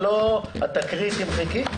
את תקראי ותמחקי?